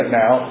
now